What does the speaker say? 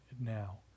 now